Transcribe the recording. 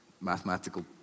mathematical